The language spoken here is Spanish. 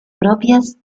propias